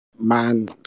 Man